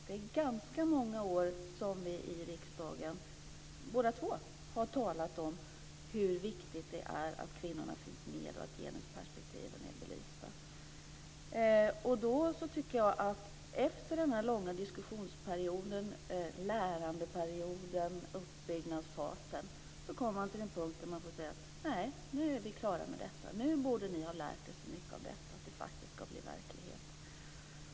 Det är ganska många år som vi båda i riksdagen har talat om hur viktigt det är att kvinnorna finns med och att genusperspektiven är belysta. Då tycker jag att man efter den här långa diskussionsperioden, lärandeperioden och uppbyggnadsfasen kommer till en punkt där man få säga att nej, nu är vi klara med det här. Nu borde ni har lärt er så mycket av detta att det faktiskt ska bli verklighet.